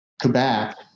Quebec